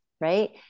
right